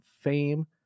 fame